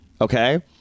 Okay